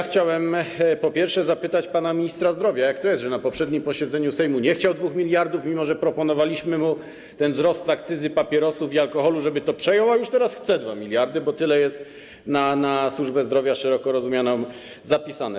Chciałem, po pierwsze, zapytać pana ministra zdrowia, jak to jest, że na poprzednim posiedzeniu Sejmu nie chciał 2 mld, mimo że proponowaliśmy mu ten wzrost akcyzy na papierosy i alkohol, żeby to przejął, a już teraz chce 2 mld, bo tyle jest zapisane na szeroko rozumianą służbę zdrowia.